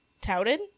touted